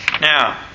Now